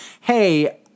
hey